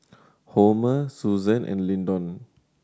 Homer Susan and Lyndon